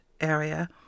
area